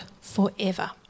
forever